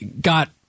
got